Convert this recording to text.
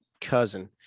cousin